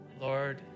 Lord